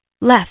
left